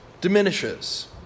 diminishes